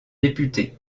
député